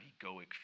egoic